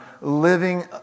living